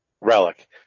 Relic